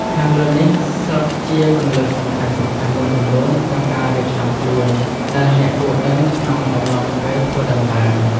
ខាងលើនេះ សុទ្ធជាគន្លឹះសំខាន់ៗមួយចំនួនក្នុងការរៀបចំខ្លួន ដែលអ្នកគួរដឹងក្នុងអំឡុងពេលធ្វើដំណើរ។